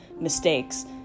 mistakes